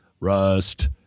Rust